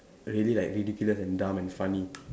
really like ridiculous and dumb and funny